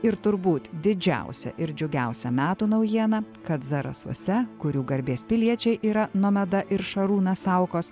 ir turbūt didžiausia ir džiugiausia metų naujiena kad zarasuose kur jau garbės piliečiai yra nomeda ir šarūnas saukos